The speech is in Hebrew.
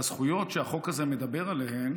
והזכויות שהחוק הזה מדבר עליהן